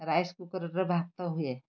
rice କୁକର୍ରେ ଭାତ ହୁଏ